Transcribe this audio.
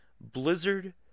Blizzard